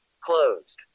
Closed